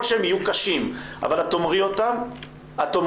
שהם יהיו קשים אבל את תאמרי אותם בזמנך.